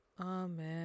Amen